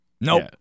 Nope